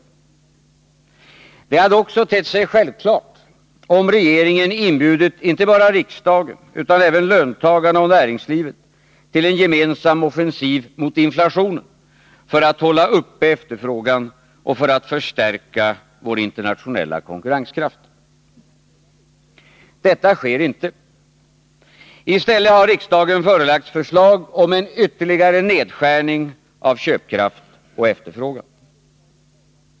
Det hade också tett sig självklart, om regeringen inbjudit inte bara riksdagen utan även löntagarna och näringslivet till en gemensam offensiv mot inflationen för att hålla uppe efterfrågan och för att förstärka vår internationella konkurrenskraft. Detta sker inte. I stället har riksdagen förelagts förslag om en ytterligare nedskärning av köpkraft och efterfrågan.